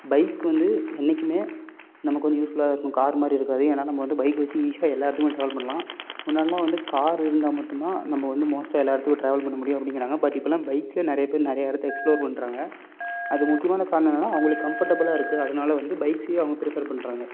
bike வந்து என்றைக்குமே நமக்கு வந்து யூஸ்ஃபுல்லாக இருக்கும் கார் மாதிரி இருக்காது ஏன்னால் நம்ம வந்து பைக் வச்சு ஈசியாக எல்லா இடத்துக்குமே ட்ராவல் பண்ணலாம் முன்னாடிலாம் வந்து கார் இருந்தால் மட்டுந்தான் நம்ம வந்து மோஸ்ட்டாக எல்லா இடத்துக்கும் ட்ராவல் பண்ண முடியும் அப்படிங்கிறாங்க பட் இப்போலாம் பைக்ஸே நிறைய பேர் நிறையா இடத்த எக்ஸ்ப்லோர் பண்றாங்க அதுக்கு முக்கியமான காரணம் என்னன்னால் அவங்களுக்கு கம்ஃபர்டபுளாக இருக்குது அதனால் வந்து பைக்ஸயே அவங்க ப்ரிஃபர் பண்றாங்க